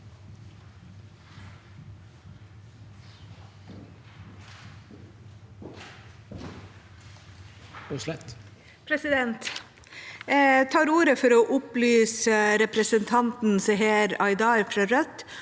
Jeg tar ordet for å opp- lyse representanten Seher Aydar fra Rødt